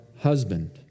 husband